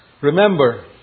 remember